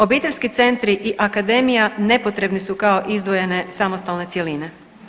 Obiteljski centri i akademija nepotrebni su kao izdvojene samostalne cjeline.